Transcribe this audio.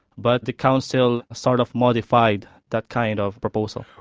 but the council sort of modified that kind of proposal.